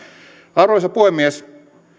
arvoisa puhemies